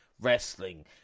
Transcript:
wrestling